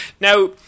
Now